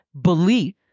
belief